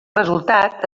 resultat